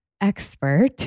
expert